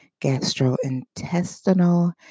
gastrointestinal